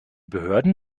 behörden